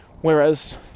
Whereas